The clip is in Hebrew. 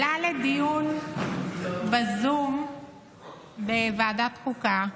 עלה לדיון בזום בוועדת החוקה,